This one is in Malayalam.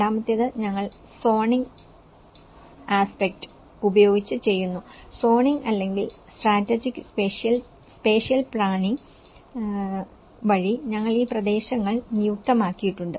രണ്ടാമത്തേത് ഞങ്ങൾ സോണിംഗ് വശം ഉപയോഗിച്ച് ചെയ്യുന്നു സോണിംഗ് അല്ലെങ്കിൽ സ്ട്രാറ്റജിക് സ്പേഷ്യൽ പ്ലാനിംഗ് വഴി ഞങ്ങൾ ഈ പ്രദേശങ്ങൾ നിയുക്തമാക്കിയിട്ടുണ്ട്